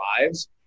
lives